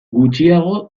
gutxiago